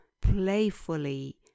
playfully